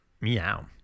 Meow